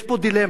יש פה דילמה: